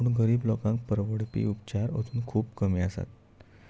पूण गरीब लोकांक परवडपी उपचार अजून खूब कमी आसात